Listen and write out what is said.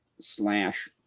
slash